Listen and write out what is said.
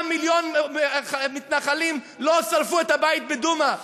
גם מיליון מתנחלים לא שרפו את הבית בדומא.